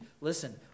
Listen